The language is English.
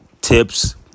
tips